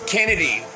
Kennedy